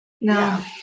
no